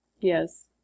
Yes